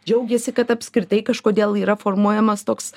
džiaugiasi kad apskritai kažkodėl yra formuojamas toks